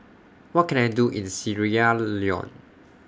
What Can I Do in Sierra Leone